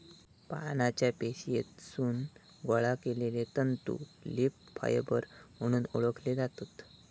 पानांच्या पेशीतसून गोळा केलले तंतू लीफ फायबर म्हणून ओळखले जातत